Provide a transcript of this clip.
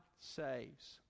saves